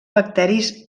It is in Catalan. bacteris